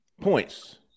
Points